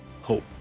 hope